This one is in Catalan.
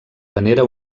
venera